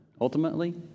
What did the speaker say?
ultimately